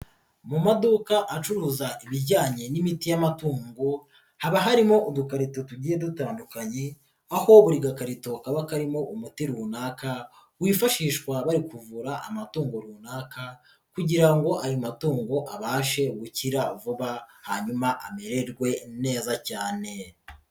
Mu maduka acuruza ibijyanye n'imiti y'amatungo haba harimo udukarito tugiye dutandukanye, aho buri gakarito kaba karimo umuti runaka wifashishwa bari kuvura amatungo runaka kugira ngo ayo matungo abashe gukira vuba hanyuma amererwe neza cyane.